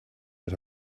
but